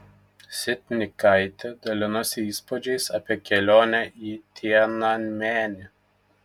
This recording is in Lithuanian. sitnikaitė dalinosi įspūdžiais apie kelionę į tiananmenį